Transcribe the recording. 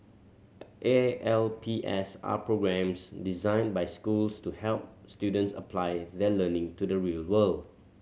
A L P S are programmes designed by schools to help students apply their learning to the real world